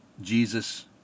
Jesus